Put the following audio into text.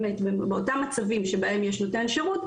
באותם מצבים שבהם יש נותן שירות,